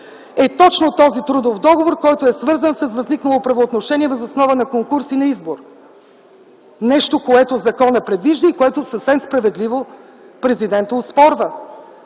е точно този трудов договор, който е свързан с възникнало правоотношение въз основа на конкурс и на избор? Нещо, което законът предвижда и което съвсем справедливо президента оспорва.